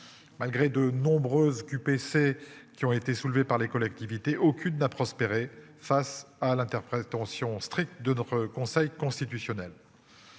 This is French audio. Malgré de nombreuses QPC qui ont été soulevées par les collectivités, aucune n'a prospéré face à l'interprète tension strict de notre conseil constitutionnel.